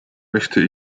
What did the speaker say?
möchte